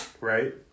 right